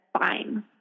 fine